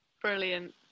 Brilliant